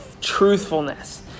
truthfulness